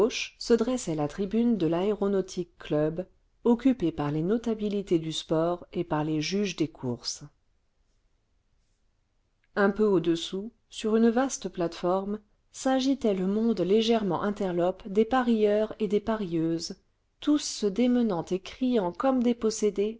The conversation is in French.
se dressait la tribune de laéronautic club occupée par les notabilités du sport et par les juges des courses départ pour le grand prix le vingtième siècle un peu au-dessous sur une vaste plate-forme s'agitait le monde légèrement interlope des parieurs et des parieuses tous se démenant et criant comme